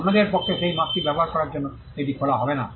অন্যদের পক্ষে সেই মার্কটি ব্যবহার করার জন্য এটি খোলা হবে না